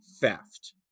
theft